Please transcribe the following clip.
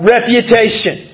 Reputation